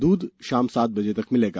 दूध शाम सात बजे तक मिलेगा